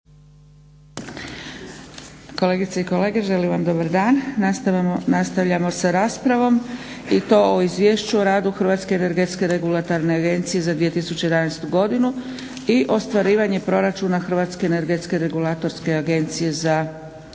Kolegice i kolege želim vam dobar dan. Nastavljamo sa raspravom i to o - Izvješće o radu Hrvatske energetske regulatorne agencije za 2011.godinu i ostvarivanje proračuna Hrvatske energetske regulatorne agencije za